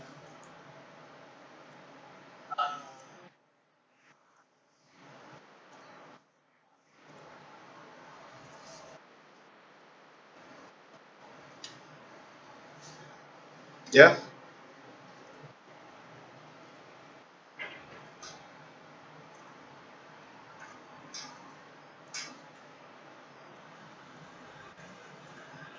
ya